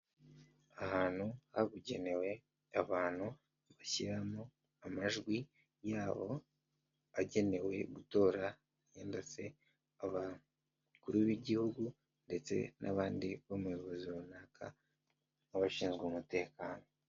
Ahantu habugenewe, abantu bashyiramo amajwi yabo agenewe gutora, wenda se abakuru b'igihugu ndetse n'abandi bo mu buyobozi runaka n'abashinzwe umutekano.